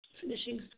finishing